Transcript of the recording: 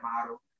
model